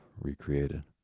recreated